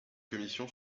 commission